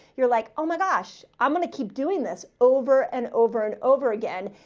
you're like, oh my gosh, i'm going to keep doing this over and over and over again.